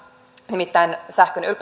nimittäin sähköinen